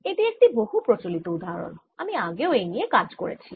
এটি একটি বহু প্রচলিত উদাহরণ আমরা আগেও এই নিয়ে কাজ করেছি